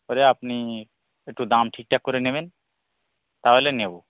করে আপনি একটু দাম ঠিকঠাক করে নেবেন তাহলে নেব